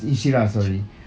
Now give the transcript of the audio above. apa jer